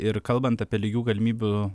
ir kalbant apie lygių galimybių